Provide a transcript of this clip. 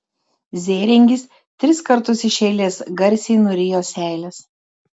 zėringis tris kartus iš eilės garsiai nurijo seiles